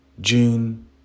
June